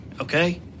okay